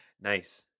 Nice